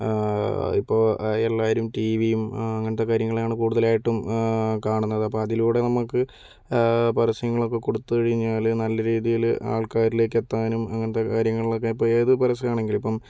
ആ ഇപ്പോൾ എല്ലാവരും ടി വിയും ആ അങ്ങനത്തെ കാര്യങ്ങളെയാണ് കൂടുതലായിട്ടും കാണുന്നത് അപ്പോൾ അതിലൂടെ നമ്മൾക്ക് പരസ്യങ്ങളൊക്കെ കൊടുത്ത് കഴിഞ്ഞാൽ നല്ല രീതിയിൽ ആൾക്കാരിലേക്ക് എത്താനും അങ്ങനത്തെ കാര്യങ്ങളിലൊക്കെ ഇപ്പോൾ ഏത് പരസ്യമാണെങ്കിലും ഇപ്പോൾ